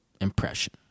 impression